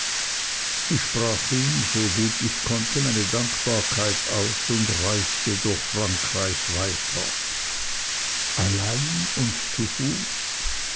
ich sprach ihm so gut ich konnte meine dankbarkeit aus und reiste durch frankreich weiter allein und zu fuß